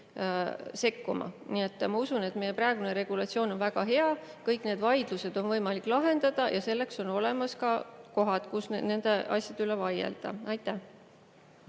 Nii et ma usun, et meie praegune regulatsioon on väga hea. Kõik need vaidlused on võimalik lahendada ja on olemas ka kohad, kus nende asjade üle vaielda. Aitäh!